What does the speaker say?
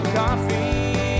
coffee